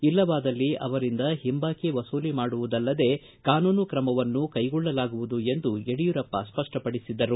ಇಲ್ಲವಾದಲ್ಲಿ ಅವರಿಂದ ಹಿಂಬಾಕಿ ವಸೂಲಿ ಮಾಡುವುದಲ್ಲದೆ ಕಾನೂನು ತ್ರಮವನ್ನೂ ಸಹ ಕೈಗೊಳ್ಳಲಾಗುವುದು ಎಂದು ಯಡಿಯೂರಪ್ಪ ಸ್ಪಪ್ಪಪಡಿಸಿದರು